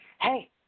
hey